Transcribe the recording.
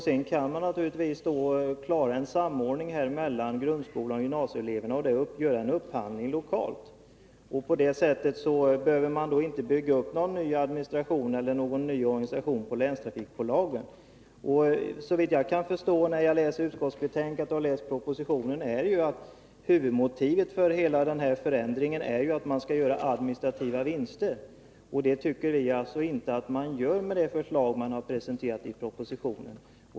Man kan naturligtvis klara en samordning mellan grundskolan och gymnasieskolan och göra en upphandlinglokalt. På det sättet behöver det inte byggas upp någon ny administration eller någon ny organisation på länstrafikbolagen. Såvitt jag kan förstå, efter att ha läst utskottsbetänkandet och propositionen, är huvudmotivet för förändringen att man skall göra administrativa vinster. Det tycker inte vi att man gör med det förslag som har presenterats i propositionen.